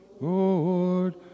Lord